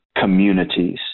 communities